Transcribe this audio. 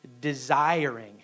desiring